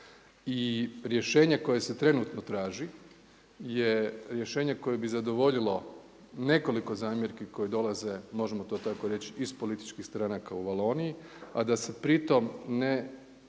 I rješenje koja se trenutno traži je rješenje koje bi zadovoljilo nekoliko zamjerki koje dolaze, možemo to tako reći iz političkih stranaka u Valoniji a da se pri tome ne